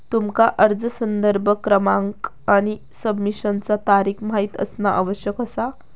तुमका अर्ज संदर्भ क्रमांक आणि सबमिशनचा तारीख माहित असणा आवश्यक असा